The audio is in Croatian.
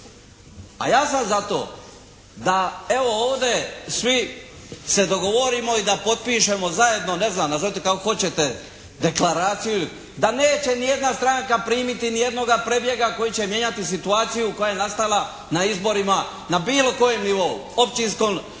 A ja sam za to da evo ovdje svi se dogovorimo i da potpišemo zajedno, ne znam nazovite kako hoćete deklaraciju da neće nijedna stranka primiti ni jednoga prebjega koji će mijenjati situaciju koja je nastala na izborima na bilo kojem nivou. Općinskom,